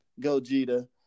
Gogeta